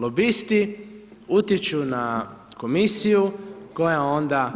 Lobisti utječu na komisiju koja onda